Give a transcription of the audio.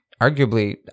arguably